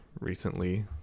recently